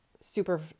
super